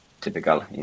typical